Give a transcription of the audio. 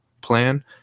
plan